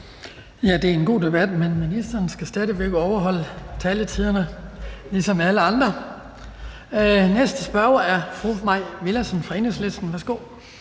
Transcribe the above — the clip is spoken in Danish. Det er en god debat, men ministeren skal stadig væk overholde taletiden ligesom alle andre. Den næste spørger er fru Mai Villadsen fra Enhedslisten. Værsgo.